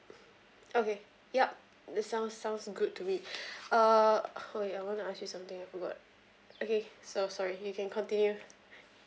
okay yup this sounds sounds good to me uh okay I want to ask you something I forgot okay so sorry you can continue